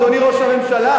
אדוני ראש הממשלה,